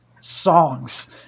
songs